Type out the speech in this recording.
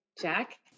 Jack